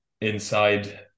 inside